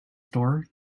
store